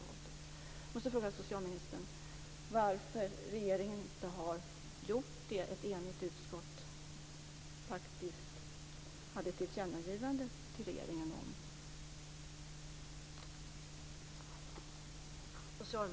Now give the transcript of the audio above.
Jag måste fråga socialministern varför regeringen inte har gjort det som ett enigt utskott faktiskt hade ett tillkännagivande till regeringen om.